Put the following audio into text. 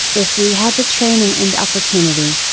if we had the training and opportunity.